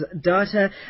data